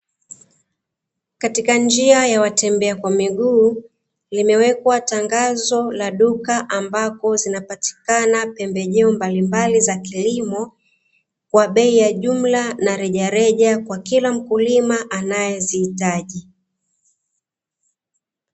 Katika njia ya watembea kwa miguu limewekwa tangazo la duka, ambako zinapatikana pembejeo mbalimbali za kilimo kwa bei ya jumla na rejareja, kwa kila mkulima anayezihitaji.